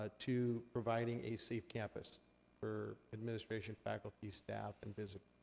ah to providing a safe campus for administration, faculty, staff, and visitors.